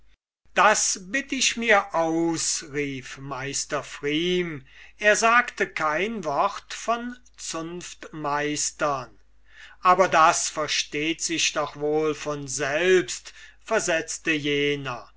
das bitt ich mir aus rief meister pfrieme er sagte kein wort von zunftmeistern aber das versteht sich doch wohl von selbst versetzte jener